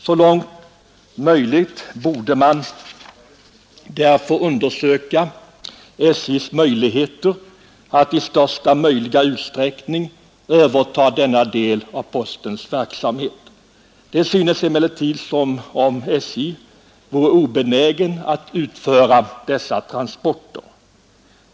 Så långt möjligt borde man därför undersöka SJ:s möjligheter att i största möjliga utsträckning överta denna del av postens verksamhet. Det synes emellertid som om man vid SJ vore obenägen att utföra dessa transporter.